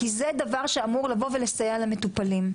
כי זה דבר שאמור לבוא ולסייע למטופלים.